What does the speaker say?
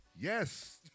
Yes